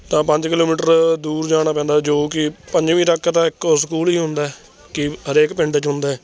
ਤਾਂ ਪੰਜ ਕਿਲੋਮੀਟਰ ਦੂਰ ਜਾਣਾ ਪੈਂਦਾ ਜੋ ਕਿ ਪੰਜਵੀਂ ਤੱਕ ਦਾ ਇੱਕੋ ਸਕੂਲ ਹੀ ਹੁੰਦਾ ਹੈ ਕਿ ਹਰੇਕ ਪਿੰਡ 'ਚ ਹੁੰਦਾ ਹੈ